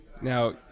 Now